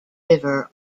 river